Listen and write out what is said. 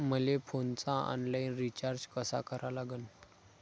मले फोनचा online recharge कसा करा लागन?